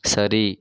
சரி